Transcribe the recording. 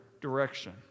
direction